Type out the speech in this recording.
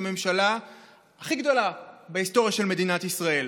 הממשלה הכי גדולה בהיסטוריה של מדינת ישראל.